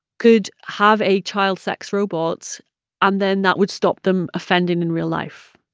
could have a child sex robot and then that would stop them offending in real life.